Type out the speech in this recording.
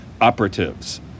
operatives